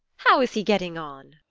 how is he getting on?